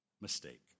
mistake